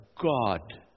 God